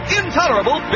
intolerable